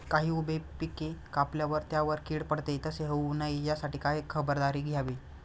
काही उभी पिके कापल्यावर त्यावर कीड पडते, तसे होऊ नये यासाठी काय खबरदारी घ्यावी?